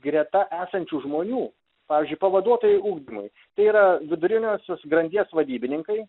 greta esančių žmonių pavyzdžiui pavaduotojai ugdymui tai yra viduriniosios grandies vadybininkai